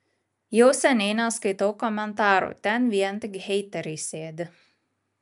jau seniai neskaitau komentarų ten vien tik heiteriai sėdi